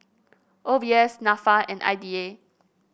O B S NAFA and I D A